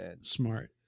Smart